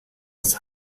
des